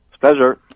Pleasure